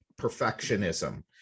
perfectionism